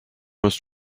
must